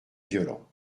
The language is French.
violent